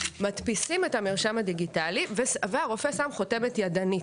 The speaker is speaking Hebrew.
מדפיסים את המרשם הדיגיטלי והרופא שם חותמת ידנית.